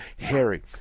Harry